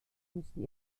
müssen